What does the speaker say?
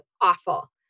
awful